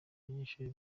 abanyeshuri